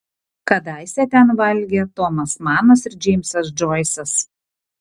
kadaise ten valgė tomas manas ir džeimsas džoisas